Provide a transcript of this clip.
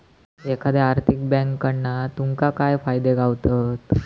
एखाद्या आर्थिक बँककडना तुमका काय फायदे गावतत?